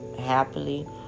happily